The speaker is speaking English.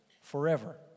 forever